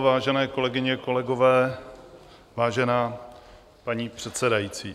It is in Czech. Vážené kolegyně, kolegové, vážená paní předsedající.